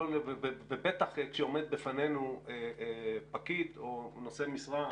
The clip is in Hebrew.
בטח כשעומד בפנינו פקיד או נושא משרה,